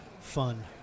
fun